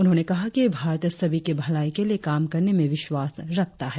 उन्होंने कहा कि भारत सभी की भलाई के लिए काम करने में विश्वास रखता है